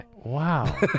wow